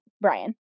Brian